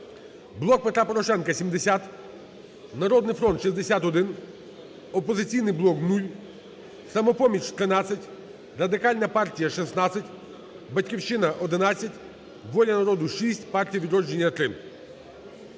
"Блок Петра Порошенка" – 70, "Народний фронт" – 61, "Опозиційний блок" – 0, "Самопоміч" – 13, Радикальна партія – 16, "Батьківщина" – 11, "Воля народу" – 6, "Партія "Відродження" – 3.